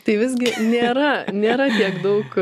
tai visgi nėra nėra tiek daug